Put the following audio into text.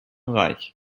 reich